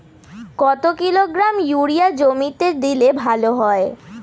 কত kilogram urea জমিতে দিলে ভালো হয়?